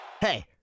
Hey